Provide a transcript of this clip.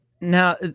Now